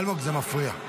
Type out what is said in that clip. אלמוג, זה מפריע.